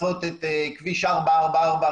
לחצות את כביש 444,